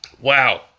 Wow